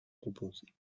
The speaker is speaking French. proposée